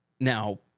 Now